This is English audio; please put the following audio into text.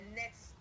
next